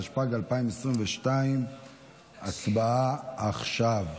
התשפ"ג 2022. הצבעה עכשיו.